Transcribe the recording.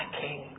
king